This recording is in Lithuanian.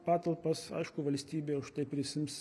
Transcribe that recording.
patalpas aišku valstybė už tai prisiims